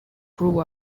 grew